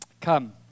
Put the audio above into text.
come